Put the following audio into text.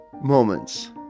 moments